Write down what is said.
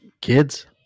kids